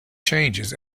changes